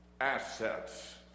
assets